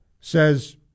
says